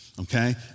okay